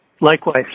Likewise